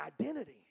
identity